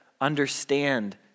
understand